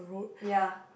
ya